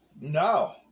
No